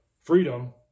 freedom